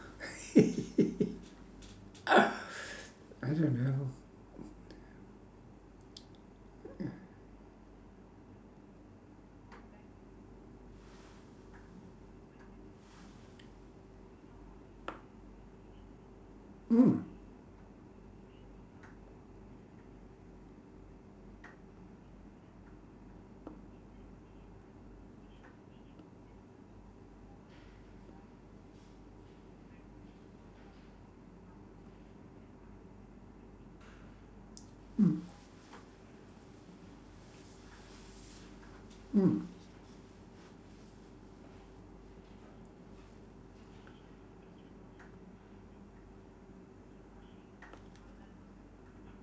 I don't know